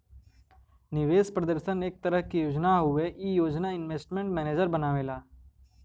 निवेश प्रदर्शन एक तरह क योजना हउवे ई योजना इन्वेस्टमेंट मैनेजर बनावेला